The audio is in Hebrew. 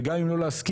וגם אם לא להסכים,